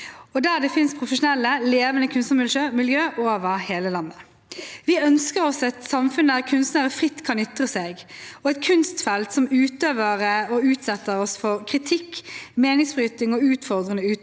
der det finnes profesjonelle, levende kunstnermiljø over hele landet. Vi ønsker oss et samfunn der kunstnere fritt kan ytre seg, og et kunstfelt som utøver og utsetter oss for kritikk, meningsbrytning og utfordrende uttrykk,